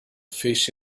fish